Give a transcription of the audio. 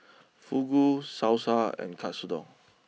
Fugu Salsa and Katsudon